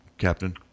Captain